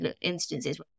instances